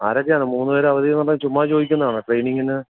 ആരൊക്കെയാണ് മൂന്നു പേർ അവധി എന്ന് പറഞ്ഞാൽ ചുമ്മാ ചോദിക്കുന്നതാണോ ട്രെയ്നിങ്ങിന്